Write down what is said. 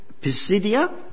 Pisidia